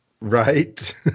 Right